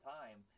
time